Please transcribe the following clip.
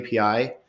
API